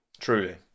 truly